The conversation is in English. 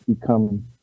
become